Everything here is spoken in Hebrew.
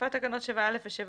הוספת תקנות 7א ו-7ב.